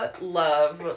love